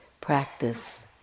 practice